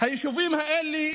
ליישובים האלה